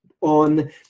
on